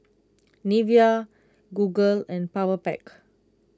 Nivea Google and Powerpac